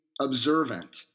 observant